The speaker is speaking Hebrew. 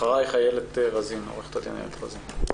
אחרייך עורכת הדין איילת רזין.